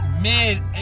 mid